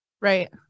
Right